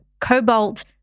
cobalt